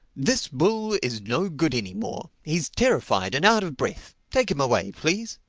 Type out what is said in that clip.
this bull is no good any more. he's terrified and out of breath. take him away, please.